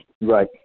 Right